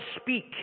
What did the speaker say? speak